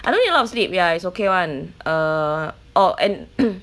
I don't need a lot of sleep ya it's okay [one] orh and